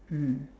mm